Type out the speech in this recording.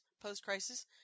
post-crisis